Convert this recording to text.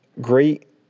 great